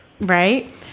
Right